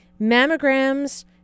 Mammograms